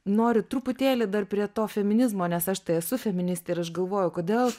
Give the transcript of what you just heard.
noriu truputėlį dar prie to feminizmo nes aš tai esu feministė ir aš galvoju kodėl